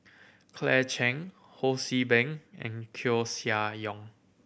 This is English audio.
Claire Chiang Ho See Beng and Koeh Sia Yong